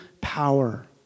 power